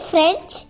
French